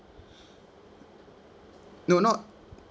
no not